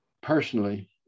personally